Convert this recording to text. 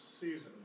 season